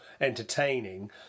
entertaining